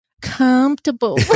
Comfortable